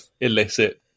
illicit